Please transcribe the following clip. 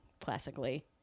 classically